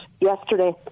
yesterday